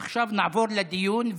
עכשיו נעבור לדיון,